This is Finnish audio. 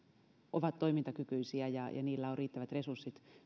ovat toimintakykyisiä ja ja niillä on myöskin riittävät resurssit